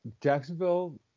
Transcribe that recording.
Jacksonville